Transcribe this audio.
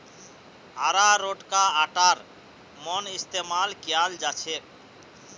अरारोटका आटार मन इस्तमाल कियाल जाछेक